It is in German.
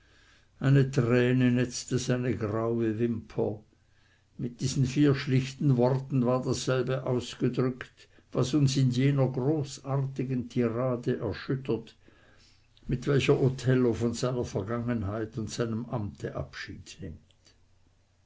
eine träne netzte seine graue wimper mit diesen vier schlichten worten war dasselbe ausgedrückt was uns in jener großartigen tirade erschüttert mit welcher othello von seiner vergangenheit und seinem amte abschied nimmt